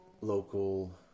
local